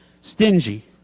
Stingy